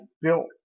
built